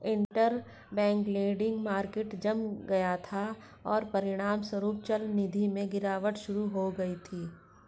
interbank lending market जम गया था, और परिणामस्वरूप चलनिधि में गिरावट शुरू हो गई थी